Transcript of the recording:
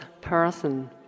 person